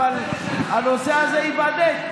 אבל הנושא הזה ייבדק.